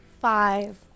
Five